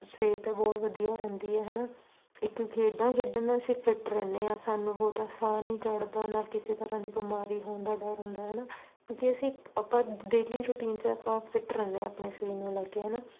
ਸਿਹਤ ਬਹੁਤ ਵਧੀਆ ਰਹਿੰਦੀ ਹੈ ਹੈ ਨਾ ਇੱਕ ਖੇਡਾਂ ਖੇਡਣ ਨਾਲ ਅਸੀਂ ਫਿਟ ਰਹਿੰਦੇ ਹਾਂ ਸਾਨੂੰ ਬਹੁਤਾ ਸਾਹ ਨਹੀਂ ਚੜ੍ਹਦਾ ਨਾ ਕਿਸੇ ਤਰ੍ਹਾਂ ਦੀ ਬਿਮਾਰੀ ਹੋਣ ਦਾ ਡਰ ਹੁੰਦਾ ਹੈ ਨਾ ਕਿਉਂਕਿ ਅਸੀਂ ਆਪਾਂ ਡੇਲੀ ਰੂਟੀਨ 'ਚ ਆਪਾਂ ਫਿਟ ਰਹਿੰਦੇ ਹਾਂ ਆਪਣੇ ਸਰੀਰ ਨੂੰ ਲੈ ਕੇ ਹੈ ਨਾ